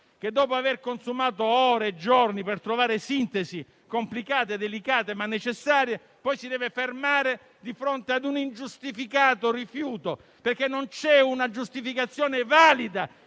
dopo aver consumato ore e giorni per trovare sintesi complicate e delicate, ma necessarie, si deve poi fermare di fronte a un ingiustificato rifiuto. Infatti, non vi è una giustificazione valida